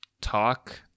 talk